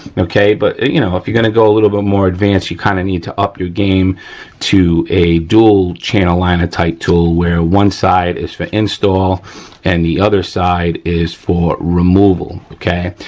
okay, but you know if you're gonna go a little bit more advanced you kind of need to up your game to do a dual channel liner type tool where one side is for install and the other side is for removal, okay.